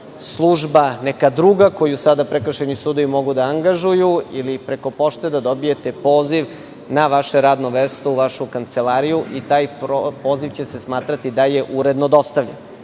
služba koju sada prekršajni sudovi mogu da angažuju ili preko pošte da dobijete poziv na vaše radno mesto, u vašu kancelariju, i taj poziv će se smatrati da je uredno dostavljen.